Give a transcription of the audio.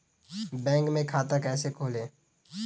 Bank में खाता कैसे खोलें?